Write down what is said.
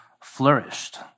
flourished